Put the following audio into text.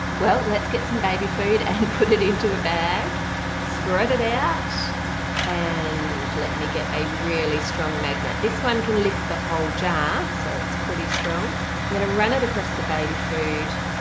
well let's get some baby food and and put it into a bag spread it out and let me get a really strong magnet this one can lift the whole jar so it's pretty strong. i'm gonna run it across the baby food